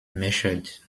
measured